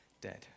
dead